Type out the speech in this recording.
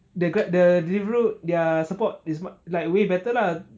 they grab the deliveroo their support is mu~ like way better lah